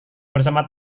bersama